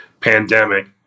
pandemic